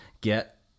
get